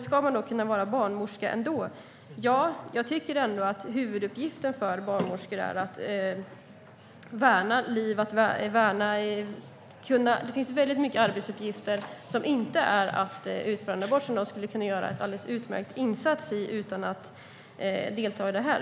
Ska man kunna vara barnmorska ändå? Ja, jag tycker ändå att huvuduppgiften för barnmorskor är att värna liv. Det finns väldigt många arbetsuppgifter som inte är att utföra en abort. De skulle kunna göra en alldeles utmärkt insats utan att delta i det.